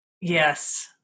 Yes